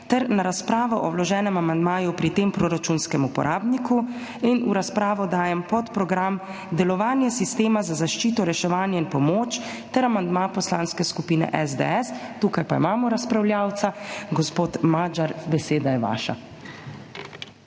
ter na razpravo o vloženem amandmaju pri tem proračunskem uporabniku. V razpravo dajem podprogram Delovanje sistema za zaščito, reševanje in pomoč ter amandma Poslanske skupine SDS. Tukaj pa imamo razpravljavca. Gospod Magyar, beseda je vaša.